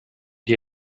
die